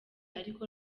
ariko